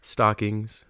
Stockings